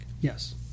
Yes